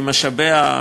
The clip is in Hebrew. ממשאביה,